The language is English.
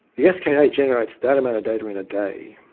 the ska yeah generates that amount of data in a day.